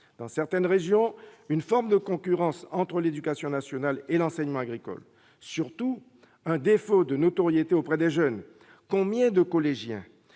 dans certaines régions, une forme de concurrence entre l'éducation nationale et l'enseignement agricole ; surtout, un défaut de notoriété auprès des jeunes. Combien de collégiens